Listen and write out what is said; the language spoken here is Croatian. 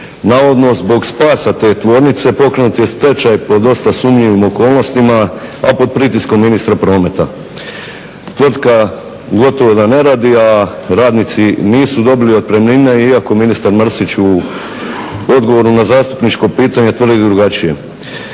Navodno zbog spasa te tvornice pokrenut je stečaj pod dosta sumnjivim okolnostima a pod pritiskom ministra prometa. Tvrtka gotovo da ne radi a radnici nisu dobili otpremnine iako ministar Mrsić u odgovoru na zastupničko pitanje tvrdi drugačije.